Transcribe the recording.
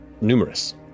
numerous